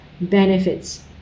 benefits